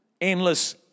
endless